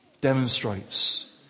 demonstrates